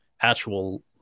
actual